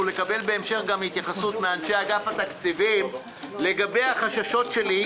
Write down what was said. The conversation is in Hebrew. ולקבל בהמשך התייחסות גם מאנשי אגף התקציבים לגבי החששות שלי,